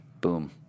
Boom